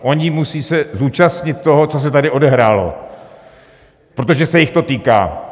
Oni musí se zúčastnit toho, co se tady odehrálo, protože se jich to týká.